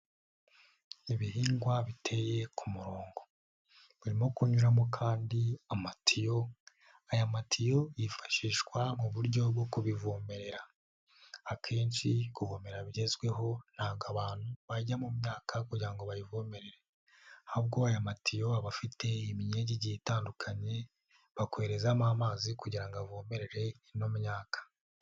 Ibihingwa biteye ku murongo, barimo kunyuramo kandi amatiyo, aya matiyo yifashishwa mu buryo bwo kubivomerera, akenshi kuvomera bigezweho ntago abantu bajya mu myaka kugira ngo bayivomerere, ahubwo aya matiyo aba afite imyegi igiye itandukanye bakoherezamo amazi kugira ngo avomererere ino myaka.